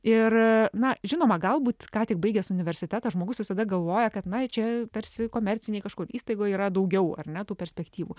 ir na žinoma galbūt ką tik baigęs universitetą žmogus visada galvoja kad na čia tarsi komercinėj kažkur įstaigoj yra daugiau ar ne tų perspektyvų